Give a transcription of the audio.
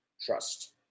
trust